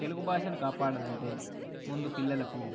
తెలుగు భాషను కాపాడాలంటే ముందు పిల్లలకు